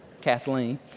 Kathleen